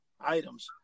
items